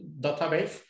database